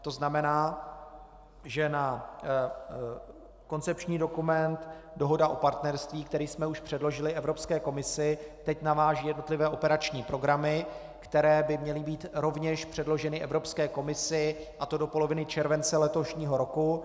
To znamená, že na koncepční dokument Dohoda o partnerství, který jsme už předložili Evropské komisi, teď navážou jednotlivé operační programy, které by měly být rovněž předloženy Evropské komisi, a to do poloviny července letošního roku.